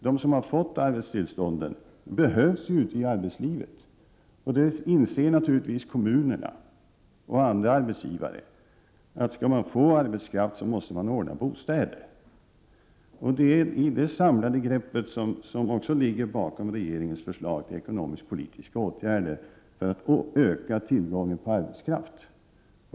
De som har fått arbetstillstånd behövs ute i arbetslivet. Kommuner och andra arbetsgivare inser naturligtvis att om man skall få arbetskraft måste man ordna med bostäder. Det är det samlade begreppet som ligger bakom regeringens förslag till ekonomisk-politiska åtgärder, nämligen att öka tillgången på arbetskraft.